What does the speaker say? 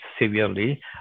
severely